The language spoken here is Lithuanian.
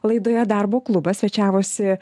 laidoje darbo klubas svečiavosi